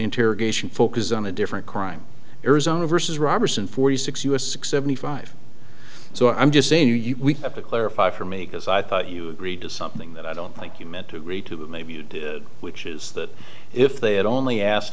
interrogation focus on a different crime arizona versus roberson forty six us six seventy five so i'm just saying you have to clarify for me because i thought you agreed to something that i don't think you meant to agree to maybe you do which is that if they had only asked